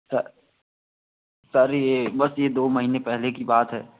sir sir ये बस ये दो महीने पहले की बात है